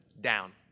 down